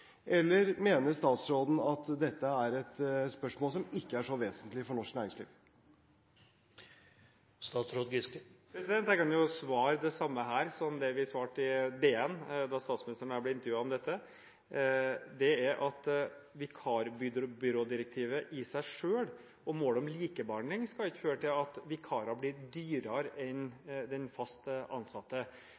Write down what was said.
eller mener statsråden at dette er et spørsmål som ikke er så vesentlig for norsk næringsliv? Jeg kan jo svare det samme her som det vi svarte i DN da statsministeren og jeg ble intervjuet om dette: Vikarbyrådirektivet i seg selv og målet om likebehandling skal ikke føre til at vikarer blir dyrere enn fast ansatte,